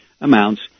amounts